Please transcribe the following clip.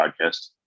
podcast